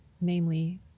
namely